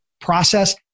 process